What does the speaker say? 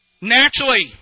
Naturally